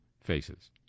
faces